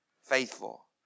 Faithful